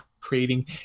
creating